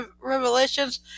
revelations